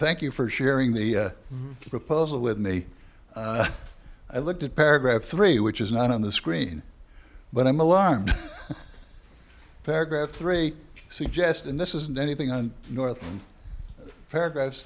thank you for sharing the proposal with me i looked at paragraph three which is not on the screen but i'm alarmed paragraph three suggest and this isn't anything on north paragraph